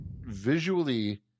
visually